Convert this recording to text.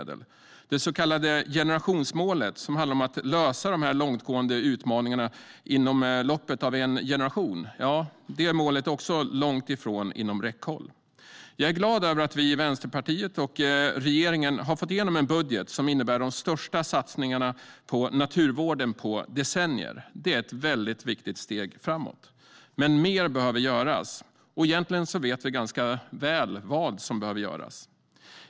Det så kallade generationsmålet, som handlar om att lösa de långtgående utmaningarna inom loppet av en generation, är också långt ifrån inom räckhåll. Jag är glad att vi i Vänsterpartiet och regeringen har fått igenom en budget som innebär de största satsningarna på naturvård på decennier. Det är ett väldigt viktigt steg framåt. Men mer behöver göras, och egentligen vet vi ganska väl vad som behöver göras.